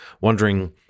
wondering